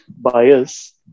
bias